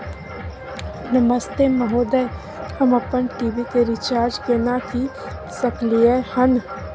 नमस्ते महोदय, हम अपन टी.वी के रिचार्ज केना के सकलियै हन?